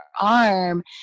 arm